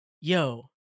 yo